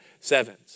sevens